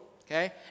okay